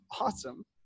awesome